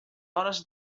hores